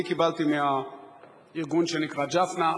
אני קיבלתי מהארגון שנקראJFNA .